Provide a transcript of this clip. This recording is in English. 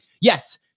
yes